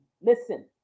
listen